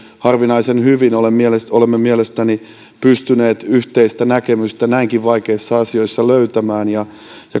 harvinaisen hyvin olemme mielestäni pystyneet yhteistä näkemystä näinkin vaikeissa asioissa löytämään ja